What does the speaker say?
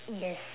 yes